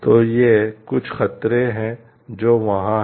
तो ये कुछ खतरे हैं जो वहां हैं